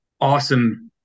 awesome